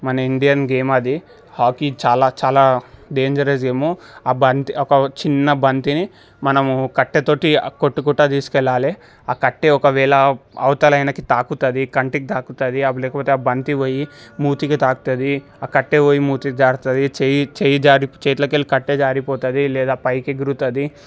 మన ఇండియన్ గేమది హాకీ చాలా చాలా డేంజరస్ గేము బంతి ఒక చిన్న బంతిని మనము కట్టె తోటి కొట్టుకుంటూ తీసుకెళ్ళాలి కట్టె ఒకవేళ అవతల ఆయనకి తాకుతుంది కంటికి తాకుతుంది అది లేకపోతే బంతి పోయి మూతికి తాకుతుంది ఆ కట్టె పోయి మూతికి తాకుతుంది చేయి చేయి జారి చేతులోకెళ్ళి కట్టే జారిపోతుంది లేదా పైకెగురుతుంది